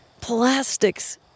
plastics